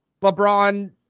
LeBron